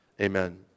Amen